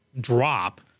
drop